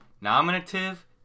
Nominative